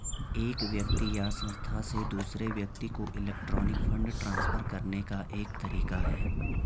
एक व्यक्ति या संस्था से दूसरे व्यक्ति को इलेक्ट्रॉनिक फ़ंड ट्रांसफ़र करने का एक तरीका है